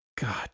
God